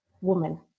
woman